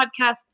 podcasts